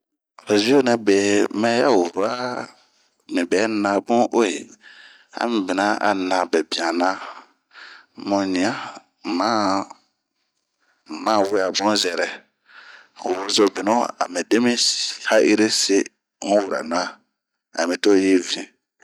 Oh zio nɛbɛ mɛ ya wura ,mi bɛ nabun ueeh! ami buna a na bebian na ,mu ɲian, n'ma we'a bun zɛrɛ, wozo binu a mi demiha'iri si n'wura na.mi to yi vinh